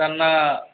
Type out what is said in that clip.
ଥାନା